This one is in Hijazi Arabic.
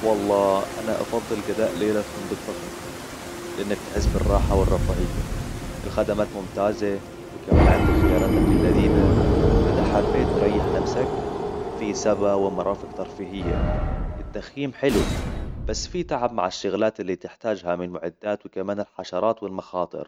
والله، أنا أفضل قضاء ليلة في فندق فخم لأنك تحس بالراحة والرفاهية الخدمات ممتازة، وكمان عندي خيارات أكل لذيذه وكمان إذا حبيت تريح نفسك، فيه سبا ومرافق ترفيهية. التخييم حلو، بس فيه تعب مع الشغلات اللي تحتاجها من المعدات وكمان الحشرات والمخاطر